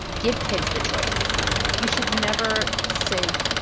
give kids the choice you should never say,